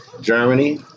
Germany